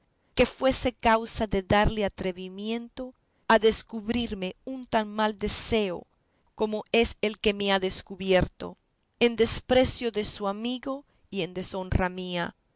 que fuese causa de darle atrevimiento a descubrirme un tan mal deseo como es el que me ha descubierto en desprecio de su amigo y en deshonra mía